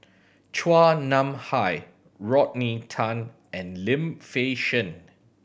Chua Nam Hai Rodney Tan and Lim Fei Shen